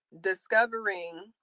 discovering